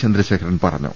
ചന്ദ്രശേഖരൻ പറഞ്ഞു